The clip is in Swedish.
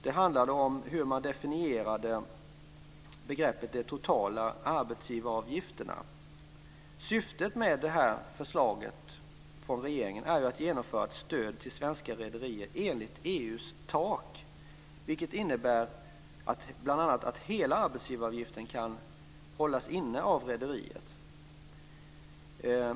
Det handlade om hur man definierade begreppet de "totala arbetsgivaravgifterna". Syftet med detta förslag från regeringen är att genomföra ett stöd till svenska rederier enligt EU:s tak, vilket bl.a. innebär att hela arbetsgivaravgiften kan hållas inne av rederiet.